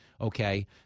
Okay